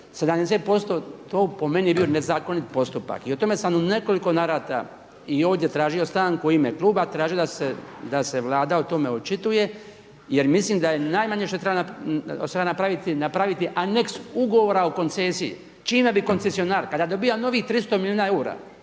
70% to je po meni bio nezakonit postupak i o tome sam u nekoliko navrata i ovdje tražio stanku u ime kluba, tražio da se vlada o tome očituje jer mislim da je najmanje što je … napraviti aneks ugovora o koncesiji, čime bi koncesionar kada dobiva novih 300 milijuna eura